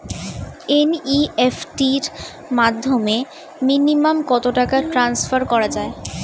NEFT র মাধ্যমে minimum কত টাকা ট্রান্সফার করা যায়?